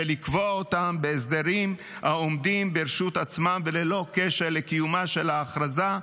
ולקבוע אותם כהסדרים העומדים ברשות עצמם וללא כל קשר לקיומה של ההכרזה,